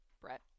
Brett